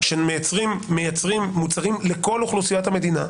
שמייצרים מוצרים לכל אוכלוסיית המדינה,